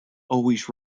always